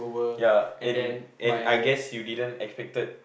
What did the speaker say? ya and and I guess you didn't expected